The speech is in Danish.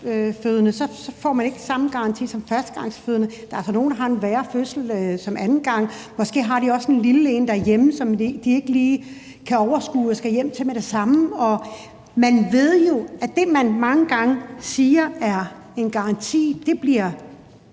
får man ikke samme garanti som en førstegangsfødende. Der er altså nogen, der har en værre fødsel anden gang, og måske har de også en lille en derhjemme, som de ikke lige kan overskue at skulle hjem til med det samme, og man ved jo, at det, man mange gange siger er en garanti, bliver